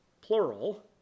plural